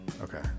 Okay